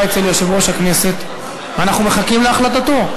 אנחנו מחכים להחלטתו.